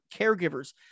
caregivers